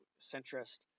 centrist